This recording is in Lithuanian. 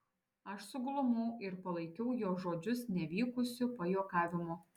aš suglumau ir palaikiau jo žodžius nevykusiu pajuokavimu